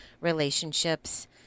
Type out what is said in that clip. relationships